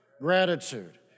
gratitude